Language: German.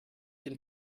den